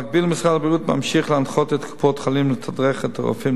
במקביל משרד הבריאות ממשיך להנחות את קופות-החולים לתדרך את הרופאים